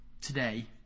today